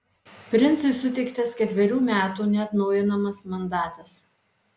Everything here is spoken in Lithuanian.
princui suteiktas ketverių metų neatnaujinamas mandatas